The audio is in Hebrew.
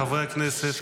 חברי הכנסת.